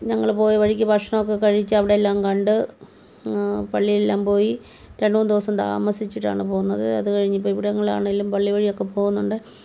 ഞങ്ങൾ പോയ വഴിക്ക് ഭക്ഷണമൊക്കെ കഴിച്ച് അവിടെയെല്ലാം കണ്ട് പളളിയിലെല്ലാം പോയി രണ്ട് മൂന്ന് ദിവസം താമസിച്ചിട്ടാണ് പോകുന്നത് അതുകഴിഞ്ഞിപ്പം ഇവിടങ്ങളിലാണെങ്കിലും പള്ളി വഴിയൊക്കെ പോകുന്നുണ്ട്